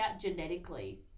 genetically